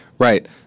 Right